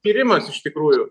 tyrimas iš tikrųjų